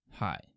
hi